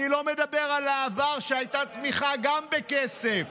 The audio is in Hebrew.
אני לא מדבר על העבר, שהייתה תמיכה גם בכסף.